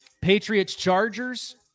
Patriots-Chargers